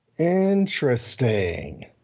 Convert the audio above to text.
interesting